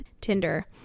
tinder